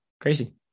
Crazy